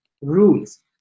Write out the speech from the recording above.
rules